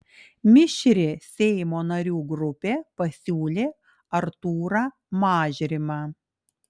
mišri seimo narių grupė pasiūlė artūrą mažrimą